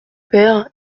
père